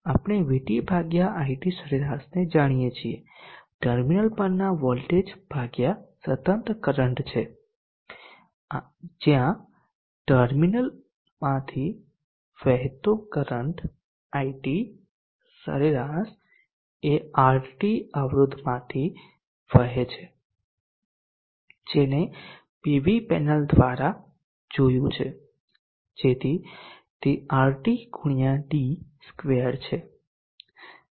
આપણે VT IT સરેરાશને જાણીએ છીએ ટર્મિનલ પરના વોલ્ટેજ ભાગ્યા સતત કરંટ છે જ્યાં ટર્મિનલમાંથી વહેતો કરંટ IT સરેરાશ એ RT અવરોધમાંથી વહે છે જેને પીવી પેનલ દ્વારા જોયું છે જેથી તે RT ગુણ્યા d સ્ક્વેર છે